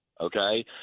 Okay